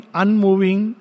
unmoving